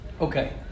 Okay